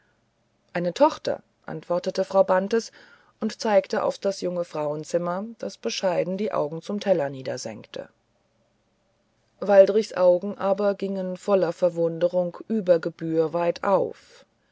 eine tochter antwortete frau bantes und zeigte auf das junge frauenzimmer das bescheiden die augen zum teller niedersenkte waldrichs augen aber gingen voller verwunderung über gebühr weit auf